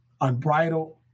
unbridled